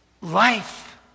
Life